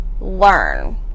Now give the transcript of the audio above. learn